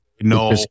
No